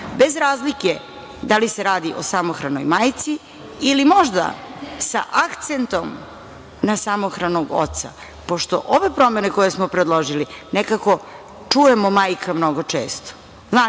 bez razlike da li se radi o samohranoj majci ili možda sa akcentom na samohranog oca, pošto ove promene koje smo predložili nekako čujemo majka mnogo često. Znate,